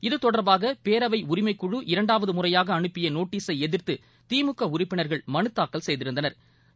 இது தொடர்பாக பேரவை உரிமைக்குழு இரண்டாவது முறையாக அனுப்பிய நோட்டீஸை எதிர்த்து திமுக உறுப்பினா்கள் மனு தாக்கல் செய்திருந்தனா்